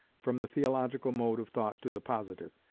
from the theological mode of thought to the positive,